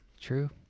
True